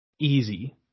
easy